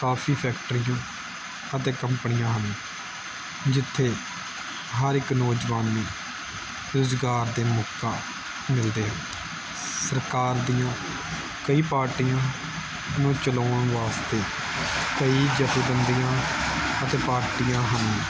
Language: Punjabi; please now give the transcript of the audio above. ਕਾਫੀ ਫੈਕਟਰੀਆਂ ਅਤੇ ਕੰਪਨੀਆਂ ਹਨ ਜਿੱਥੇ ਹਰ ਇੱਕ ਨੌਜਵਾਨ ਨੂੰ ਰੁਜ਼ਗਾਰ ਦਾ ਮੌਕਾ ਮਿਲਦਾ ਆ ਸਰਕਾਰ ਦੀਆਂ ਕਈ ਪਾਰਟੀਆਂ ਨੂੰ ਚਲਾਉਣ ਵਾਸਤੇ ਕਈ ਜਥੇਬੰਦੀਆਂ ਅਤੇ ਪਾਰਟੀਆਂ ਹਨ